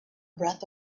breath